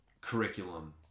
curriculum